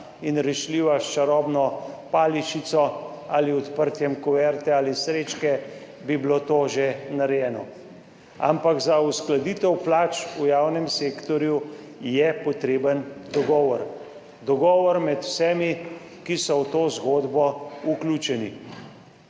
in rešljiva s čarobno paličico ali odprtjem kuverte ali srečke, bi bilo to že narejeno, ampak za uskladitev plač v javnem sektorju je potreben dogovor. Dogovor med vsemi, ki so v to zgodbo vključeni.